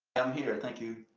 i'm here, thank you.